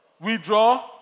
withdraw